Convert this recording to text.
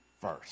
first